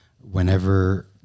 whenever